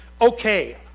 Okay